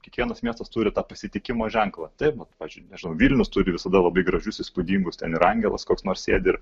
kiekvienas miestas turi tą pasitikimo ženklą taip pavyzdžiui nežinau vilnius turi visada labai gražius įspūdingus ten ir angelas koks nors sėdi ir